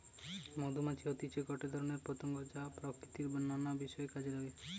মধুমাছি হতিছে গটে ধরণের পতঙ্গ যা প্রকৃতির নানা বিষয় কাজে নাগে